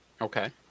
okay